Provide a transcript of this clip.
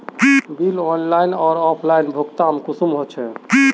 Bill online आर offline भुगतान कुंसम होचे?